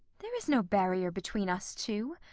there is no barrier between us two.